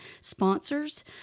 sponsors